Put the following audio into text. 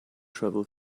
travel